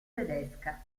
tedesca